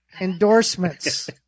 endorsements